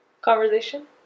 Conversation